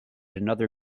another